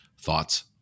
thoughts